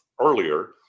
earlier